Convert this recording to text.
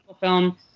film